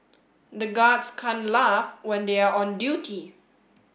the guards can't laugh when they are on duty